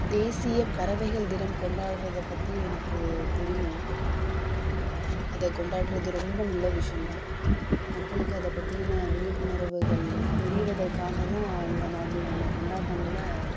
தேசிய பறவைகள் தினம் கொண்டாட்றதை பற்றி எனக்கு தெரியும் அத கொண்டாடுறது ரொம்ப நல்ல விஷயம் மக்களுக்கு அதை பற்றின விழிப்புணர்வுகள் தெரிவதற்காக தான் இந்த மாதிரியான கொண்டாட்டங்களை